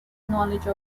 knowledge